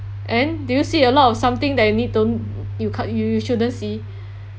and do you see a lot of something that you need don't you can't you you shouldn't see